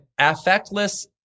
affectless